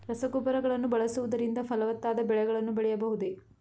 ರಸಗೊಬ್ಬರಗಳನ್ನು ಬಳಸುವುದರಿಂದ ಫಲವತ್ತಾದ ಬೆಳೆಗಳನ್ನು ಬೆಳೆಯಬಹುದೇ?